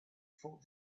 thought